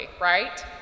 right